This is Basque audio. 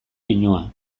pinua